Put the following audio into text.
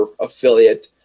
affiliate